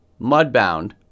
Mudbound